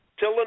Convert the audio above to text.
Till